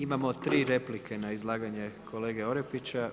Imamo tri replike na izlaganje kolege Orepića.